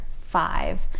five